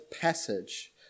passage